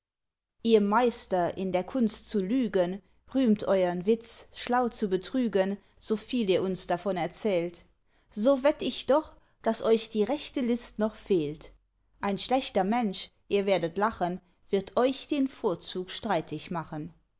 ihr meister in der kunst zu lügen rühmt euren witz schlau zu betrügen soviel ihr uns davon erzählt so wett ich doch daß euch die rechte list noch fehlt ein schlechter mensch ihr werdet lachen wird euch den vorzug streitig machen